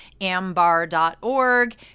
ambar.org